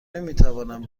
نمیتوانم